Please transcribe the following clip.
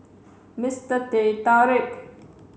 Mister Teh Tarik